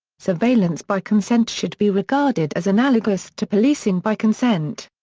surveillance by consent should be regarded as analogous to policing by consent.